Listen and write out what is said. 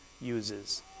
uses